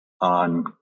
on